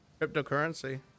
cryptocurrency